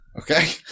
Okay